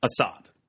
Assad